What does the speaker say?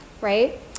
right